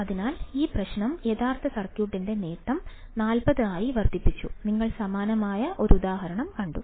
അതിനാൽ ഈ പ്രശ്നം യഥാർത്ഥ സർക്യൂട്ടിന്റെ നേട്ടം 40 ആയി വർദ്ധിപ്പിച്ചു നിങ്ങൾ സമാനമായ ഒരു ഉദാഹരണം കണ്ടു